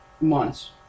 months